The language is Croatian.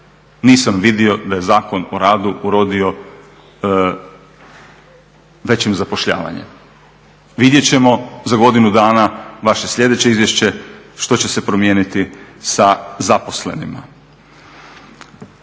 Nisam vidio da je Zakon o radu urodio većim zapošljavanjem. Vidjet ćemo za godinu dana vaše sljedeće izvješće, što će se promijeniti sa zaposlenima.